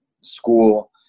school